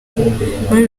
muri